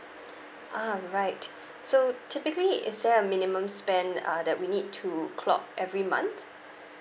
um right so typically is there a minimum spend uh that we need to clock every month